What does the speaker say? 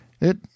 It